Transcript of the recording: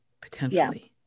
potentially